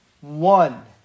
one